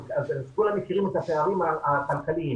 וכולם מכירים את הפערים הכלכליים,